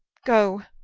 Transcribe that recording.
go,